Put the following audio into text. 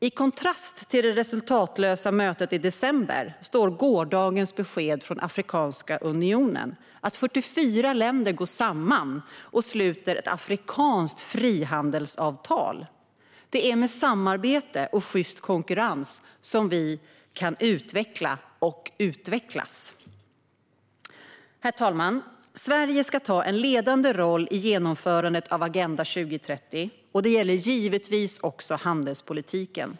I kontrast till det resultatlösa mötet i december står gårdagens besked från Afrikanska unionen, att 44 länder går samman och sluter ett afrikanskt frihandelsavtal. Det är med samarbete och sjyst konkurrens som vi kan utveckla och utvecklas. Sverige ska ta en ledande roll i genomförandet av Agenda 2030 och det gäller givetvis också handelspolitiken.